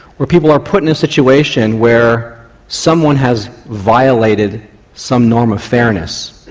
where people are put in a situation where someone has violated some norm of fairness,